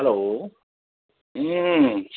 hello